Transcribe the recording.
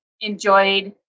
enjoyed